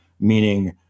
meaning